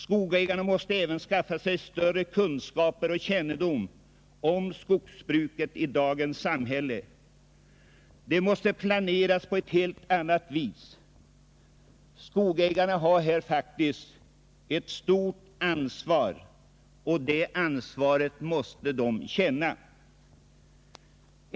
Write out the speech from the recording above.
Dessutom måste skogsägarna skaffa sig större kunskaper och kännedom om skogsbruket i dagens samhälle. Arbetet måste planeras på ett helt annat vis. Skogsägarna har här ett stort ansvar, och det ansvaret måste de känna.